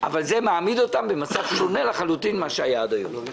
אבל זה מעמיד אותם במצב שונה לחלוטין ממה שהיה עד היום.